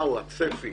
מהו הצפי